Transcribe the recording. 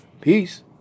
Peace